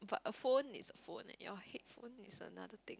but a phone is a phone your headphone is another thing